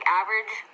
average